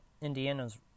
Indiana's